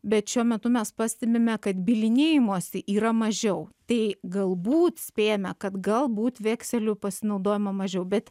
bet šiuo metu mes pastebime kad bylinėjimosi yra mažiau tai galbūt spėjame kad galbūt vekseliu pasinaudojama mažiau bet